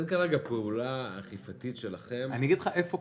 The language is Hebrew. אין כרגע פעולה אכיפתית שלכם -- אני אגיד לך איפה